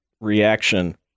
reaction